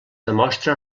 demostra